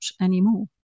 anymore